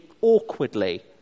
awkwardly